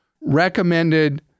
recommended